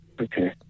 Okay